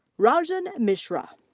rajan mishra.